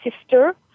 sister